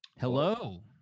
hello